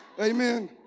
Amen